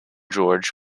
george